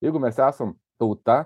jeigu mes esam tauta